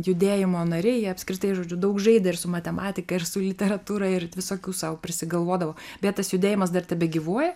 judėjimo nariai jie apskritai žodžiu daug žaidė ir su matematika ir su literatūra ir visokių sau prisigalvodavo bet tas judėjimas dar tebegyvuoja